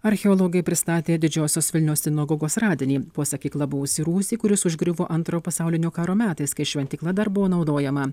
archeologai pristatė didžiosios vilniaus sinagogos radinį po sakykla buvusį rūsį kuris užgriuvo antro pasaulinio karo metais kai šventykla dar buvo naudojama